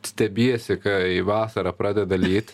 stebiesi kai vasarą pradeda lyt